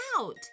out